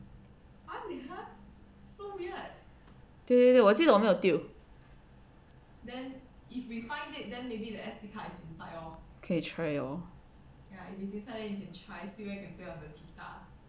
对对我记得我没有丢可以 try lor